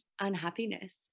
unhappiness